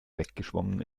weggeschwommen